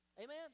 Amen